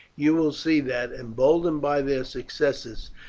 you will see that, emboldened by their successes,